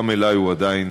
גם אלי הוא עדיין